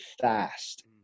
fast